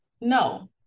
no